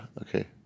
okay